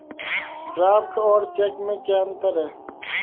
Draft और cheque में क्या अंतर है?